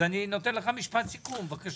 אני נותן לך משפט סיכום, בבקשה.